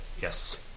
Yes